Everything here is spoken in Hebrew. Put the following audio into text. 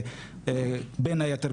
בין היתר,